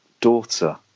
daughter